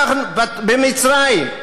במצרים,